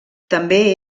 també